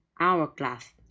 hourglass